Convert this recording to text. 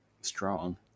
strong